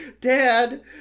Dad